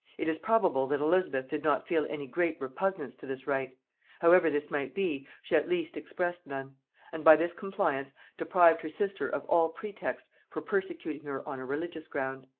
it is probable that elizabeth did not feel any great repugnance to this rite however this might be, she at least expressed none and by this compliance deprived her sister of all pretext for persecuting her on a religious ground.